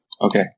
Okay